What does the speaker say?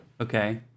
Okay